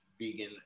vegan